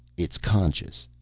it's conscious.